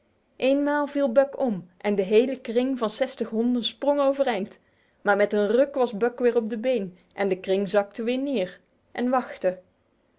eenmaal viel buck om en de hele kring van zestig honden sprong overeind maar met een ruk was buck weer op de been en de kring zakte weer neer en wachtte